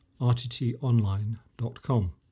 rttonline.com